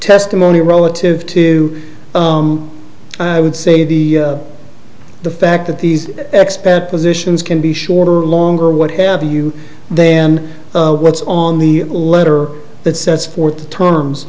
testimony relative to i would say the the fact that these ex pat positions can be shorter or longer what have you then what's on the letter that sets forth the terms